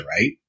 right